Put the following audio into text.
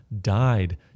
died